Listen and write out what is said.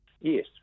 Yes